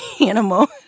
animal